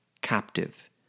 captive